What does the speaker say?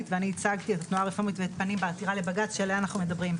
ייצגתי את התנועה הרפורמית ואת פנים בעתירה לבג"ץ שעליה אנחנו מדברים.